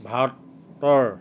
ভাৰতৰ